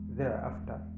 thereafter